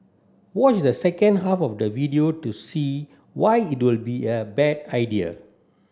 watch the second half of the video to see why it will be a bad idea